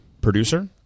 producer